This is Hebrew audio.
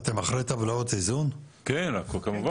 כן, כמובן.